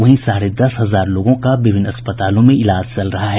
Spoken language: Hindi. वहीं साढ़े दस हजार लोगों का विभिन्न अस्पतालों में इलाज चल रहा है